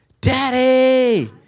daddy